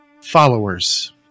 followers